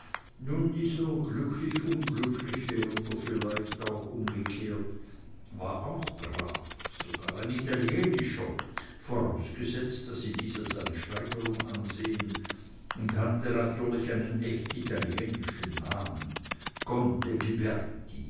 dieser glücklich unglückliche oder vielleicht auch umgekehrt war auch graf sogar ein italienischer vorausgesetzt daß sie dies als eine steigerung ansehn und hatte natürlich einen echt italienischen namen